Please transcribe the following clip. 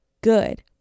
good